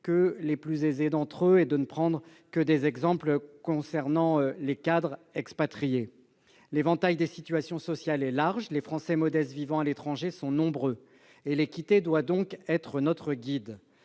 que les plus aisés d'entre eux et ne prend pour exemple que les cadres expatriés. L'éventail des situations sociales est très large, et les Français modestes vivant à l'étranger sont nombreux. L'équité doit donc être notre guide.